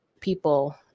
people